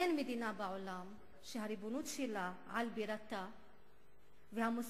אין מדינה בעולם שהריבונות שלה על בירתה והמוסר